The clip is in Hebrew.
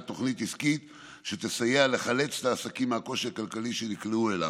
תוכנית עסקית שתסייע לחלץ את העסקים מהקושי הכלכלי שנקלעו אליו,